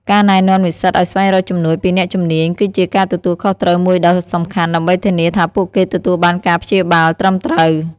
ការណែនាំនិស្សិតឱ្យស្វែងរកជំនួយពីអ្នកជំនាញគឺជាការទទួលខុសត្រូវមួយដ៏សំខាន់ដើម្បីធានាថាពួកគេទទួលបានការព្យាបាលត្រឹមត្រូវ។